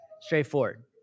Straightforward